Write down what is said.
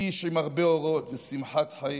איש עם הרבה אורות ושמחת חיים.